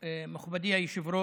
הרפורמה הזאת יצאה לדרך